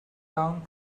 down